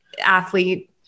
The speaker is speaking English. athlete